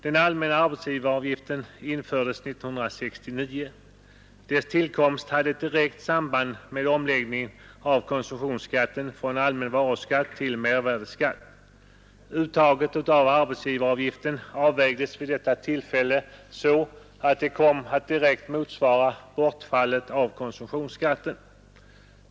Den allmänna arbetsgivaravgiften infördes 1969. Dess tillkomst hade ett direkt samband med omläggningen av konsumtionsskatten från allmän varuskatt till mervärdeskatt. Uttaget av arbetsgivaravgift avvägdes vid detta tillfälle så, att det kom att direkt motsvara bortfallet av konsumtionsskatten.